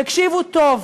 תקשיבו טוב,